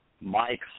Mike